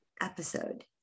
episode